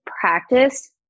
practice